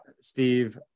steve